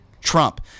Trump